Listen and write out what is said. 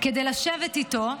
כדי לשבת איתו,